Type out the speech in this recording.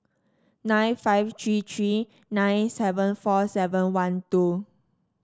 nine five three three nine seven four seven one two